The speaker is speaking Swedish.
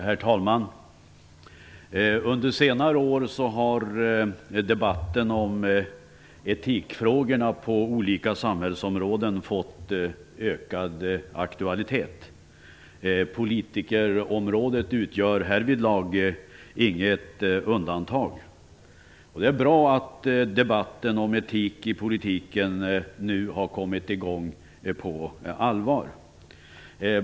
Herr talman! Under senare år har debatten om etikfrågorna på olika samhällsområden fått ökad aktualitet. Politikerområdet utgör härvidlag inget undantag. Det är bra att debatten om etik i politiken nu har kommit i gång på allvar.